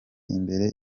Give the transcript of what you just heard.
imbere